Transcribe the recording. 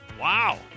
Wow